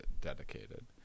dedicated